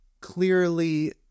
clearly